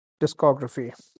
discography